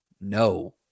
no